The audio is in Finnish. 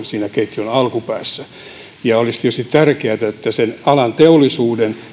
siinä ketjun alkupäässä kaikista heikoin ja olisi tietysti tärkeätä että alan teollisuuden